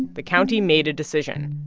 the county made a decision.